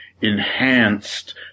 enhanced